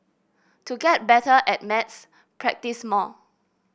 to get better at maths practise more